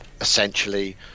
essentially